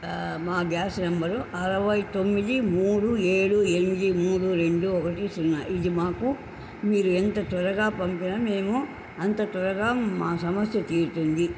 మా gas number అరవై తొమ్మిది మూడు ఏడు ఎనిమిది మూడు రెండు ఒకటి సున్నా ఇది మాకు మీరు ఎంత త్వరగా పంపిన మేము అంత త్వరగా మా సమస్య తీరుతుంది